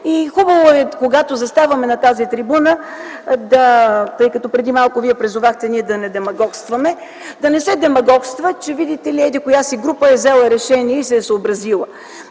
Хубаво е, когато заставаме на тази трибуна, тъй като преди малко призовахте да не демагогстваме, да не се демагогства, че видите ли еди-коя си група е взела решение и се е съобразила.